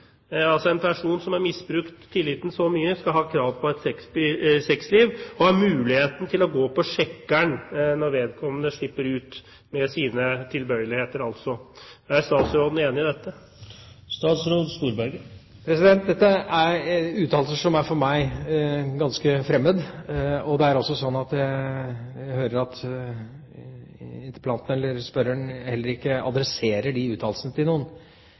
og ha muligheten til å gå på «sjekkern» når vedkommende slipper ut med sine tilbøyeligheter. Er statsråden enig i dette? Dette er uttalelser som for meg er ganske fremmede, og jeg hører også at spørreren heller ikke adresserer de uttalelsene til noen.